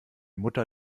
mutter